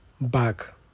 back